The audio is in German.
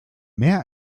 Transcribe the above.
mehr